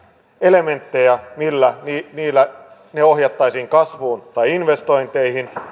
elementtejä millä ne ohjattaisiin kasvuun tai investointeihin